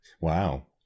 Wow